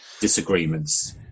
disagreements